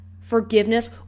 forgiveness